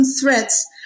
threats